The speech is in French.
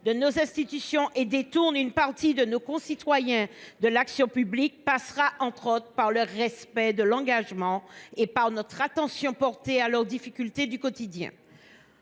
de nos institutions et détourne une partie de nos concitoyens de l’action publique passera, entre autres choses, par le respect des engagements pris et par l’attention portée aux difficultés du quotidien.